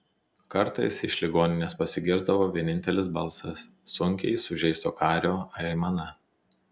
kartais iš ligoninės pasigirsdavo vienintelis balsas sunkiai sužeisto kario aimana